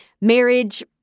marriage